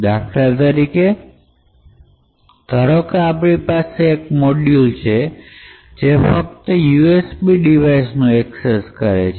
દાખલા તરીકે ધારો કે આપણી પાસે એક મોડયુલ છે કે જે ફક્ત usb device નો ઉપયોગ કરે છે